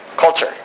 Culture